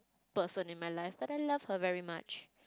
person in my life but I love her very much